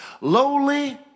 lowly